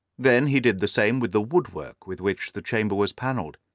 then he did the same with the wood-work with which the chamber was panelled.